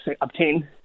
obtain